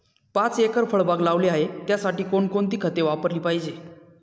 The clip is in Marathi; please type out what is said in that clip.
पाच एकर फळबाग लावली आहे, त्यासाठी कोणकोणती खते वापरली पाहिजे?